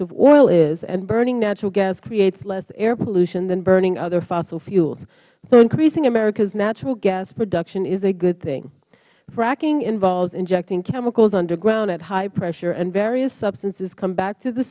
of oil is and burning natural gas creates less air pollution than burning other fossil fuels so increasing america's natural gas production is a good thing fracking involves injecting chemicals underground at high pressure and various substances come back to the